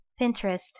Pinterest